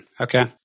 Okay